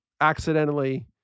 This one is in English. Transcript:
accidentally